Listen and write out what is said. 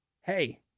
hey